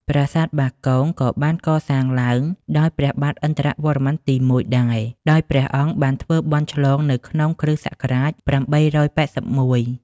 ប្រាសាទបាគង ក៏បានកសាងឡើងដោយព្រះបាទឥន្ទ្រវរ្ម័នទី ១ ដែរ ដោយព្រះអង្គបានធ្វើបុណ្យឆ្លងនៅក្នុងគ្រិស្តសករាជ ៨៨១ ។